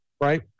Right